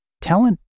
Talent